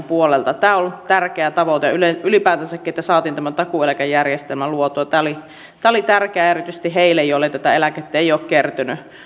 puolelta tämä on ollut tärkeä tavoite ylipäätänsäkin että saatiin tämä takuueläkejärjestelmä luotua tämä oli tärkeää erityisesti heille joille tätä eläkettä ei ole kertynyt